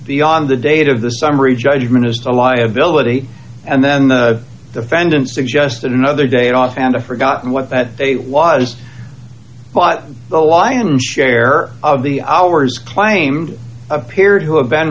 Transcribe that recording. the on the date of the summary judgment is a liability and then the defendant suggested another day off and i forgot what that they was but the lion's share of the hours claimed appeared to have been